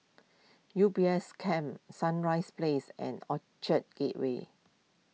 U B S Cam Sunrise Place and Orchard Gateway